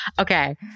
Okay